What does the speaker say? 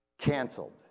canceled